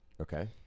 Okay